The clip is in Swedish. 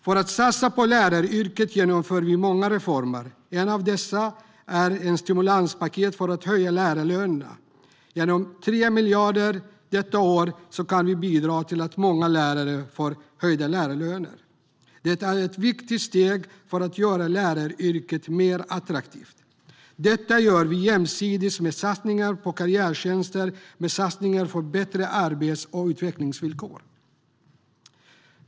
För att satsa på läraryrket genomför vi många reformer. En av dessa reformer är ett stimulanspaket för att höja lärarlönerna. Genom 3 miljarder kronor detta år kan vi bidra till att många lärare får höjda löner. Det är ett viktigt steg för att göra läraryrket mer attraktivt. Detta gör vi jämsides med satsningar på karriärtjänster och med satsningar för bättre arbets och utvecklingsvillkor.